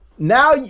Now